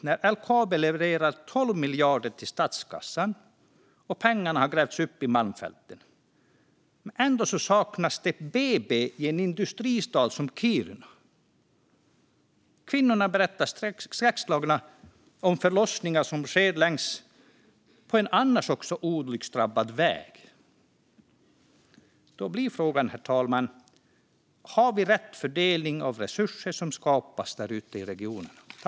När LKAB levererar 12 miljarder till statskassan - pengar som har grävts upp i malmfälten - känns det lite orimligt att det ändå saknas ett BB i en industristad som Kiruna. Kvinnorna berättar skräckslagna om förlossningar som sker längs med en också annars olycksdrabbad väg. Då blir frågan, herr talman: Har vi rätt fördelning av resurser som skapas där ute i regionerna?